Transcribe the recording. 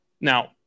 Now